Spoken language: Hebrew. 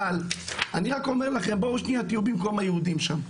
אבל אני רק אומר לכם בואו תהיו במקום היהודים שם,